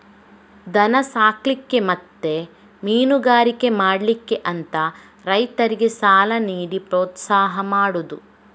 ದನ ಸಾಕ್ಲಿಕ್ಕೆ ಮತ್ತೆ ಮೀನುಗಾರಿಕೆ ಮಾಡ್ಲಿಕ್ಕೆ ಅಂತ ರೈತರಿಗೆ ಸಾಲ ನೀಡಿ ಪ್ರೋತ್ಸಾಹ ಮಾಡುದು